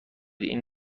این